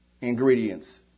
ingredients